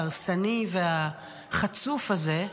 ההרסני והחצוף הזה,